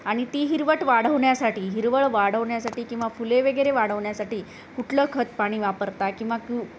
आणि ती हिरवट वाढवण्यासाठी हिरवळ वाढवण्यासाठी किंवा फुले वगैरे वाढवण्यासाठी कुठलं खतपाणी वापरता किंवा कु